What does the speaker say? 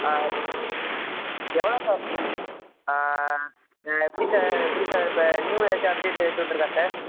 ஆ எவ்வளோ சார் ஆ எப்படி சார் எப்படி சார் இப்போ நியூ ஏதாச்சும் அப்டேட் ஏதாச்சும் வந்திருக்க சார்